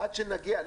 עד שנגיע,